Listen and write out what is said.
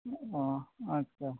ᱚᱸᱻ ᱟᱪᱷᱟ